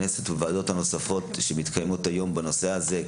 ובוועדות הכנסת הנוספות שמתקיימות היום בנושא הזה,